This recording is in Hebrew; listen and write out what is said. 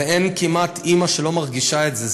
ואין כמעט אימא שלא מרגישה את זה,